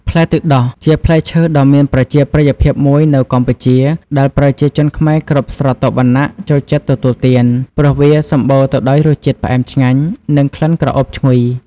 ផ្លែទឹកដោះជាផ្លែឈើដ៏មានប្រជាប្រិយភាពមួយនៅកម្ពុជា ដែលប្រជាជនខ្មែរគ្រប់ស្រទាប់វណ្ណៈចូលចិត្តទទួលទាន ព្រោះវាសម្បូរទៅដោយរសជាតិផ្អែមឆ្ងាញ់ និងក្លិនក្រអូបឈ្ងុយ។